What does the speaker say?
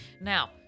now